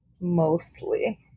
mostly